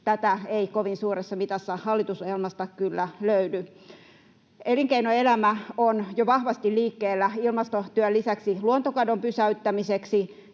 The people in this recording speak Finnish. Tätä ei kovin suuressa mitassa hallitusohjelmasta kyllä löydy. Elinkeinoelämä on jo vahvasti liikkeellä ilmastotyön lisäksi luontokadon pysäyttämiseksi.